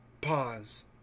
pause